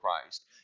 Christ